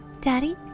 Daddy